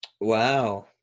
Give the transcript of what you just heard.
Wow